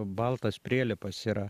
baltas prielipas yra